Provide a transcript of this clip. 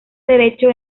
derecho